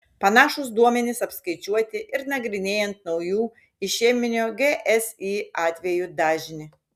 panašūs duomenys apskaičiuoti ir nagrinėjant naujų išeminio gsi atvejų dažnį